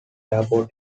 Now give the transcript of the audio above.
airport